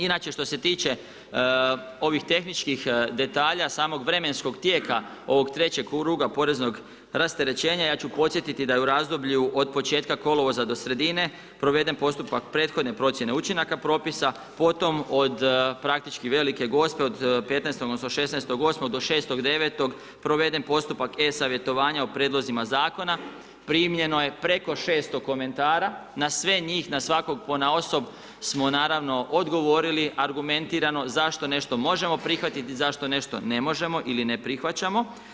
Inače što se tiče ovih tehničkih detalja, samog vremenskog tijeka ovog trećeg kruga poreznog rasterećenja ja ću podsjetiti da je u razdoblju od početka kolovoza do sredine proveden postupak prethodne procjene učinaka propisa, potom od praktički Velike Gospe od 15. odnosno 16. 8. do 6.9. proveden postupak e-savjetovanja o prijedlozima zakona, primljeno je preko 600 komentara, na sve njih na svakog ponaosob smo naravno odgovorili argumentirano zašto nešto možemo prihvatiti, zašto nešto ne možemo ili ne prihvaćamo.